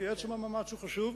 כי עצם המאמץ חשוב,